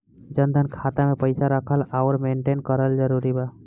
जनधन खाता मे पईसा रखल आउर मेंटेन करल जरूरी बा?